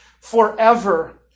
forever